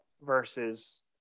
versus –